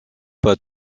pas